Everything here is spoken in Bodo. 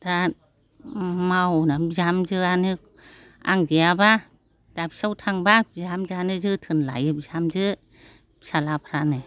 दा मावो बिहामजोआनो आं गैयाबा दाबसेयाव थांबा बिहामजोआनो जोथोन लायो बिहामजो फिसालाफ्रानो